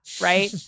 Right